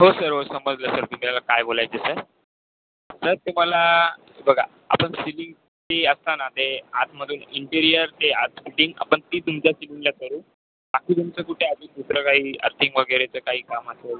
हो सर हो समजलं सर तुम्हाला काय बोलायचं सर तुम्हाला बघा आपण सीधी ती असताना ते आतमधून इंटेरियर ते आत फिटिंग आपण ती तुमच्या सिलिंगला करू बाकी तुमचं कुठे अजून दुसरं काही अर्थिंग वगैरेचं काही काम असेल